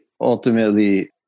ultimately